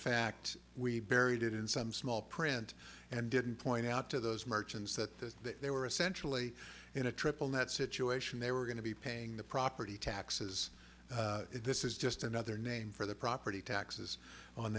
fact we buried it in some small print and didn't point out to those merchants that this that they were essentially in a triple net situation they were going to be paying the property taxes if this is just another name for the property taxes on